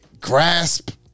grasp